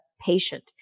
Patient